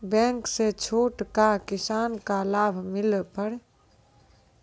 Bank से छूट का किसान का लाभ मिला पर?